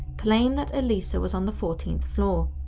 claim that elisa was on the fourteenth floor.